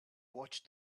watched